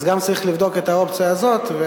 אז גם צריך לבדוק את האופציה הזאת.